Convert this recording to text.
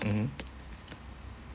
mmhmm